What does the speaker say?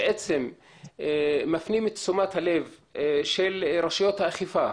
בעצם מפנים את תשומת הלב של רשויות האכיפה,